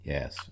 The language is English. Yes